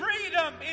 freedom